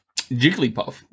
Jigglypuff